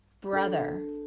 brother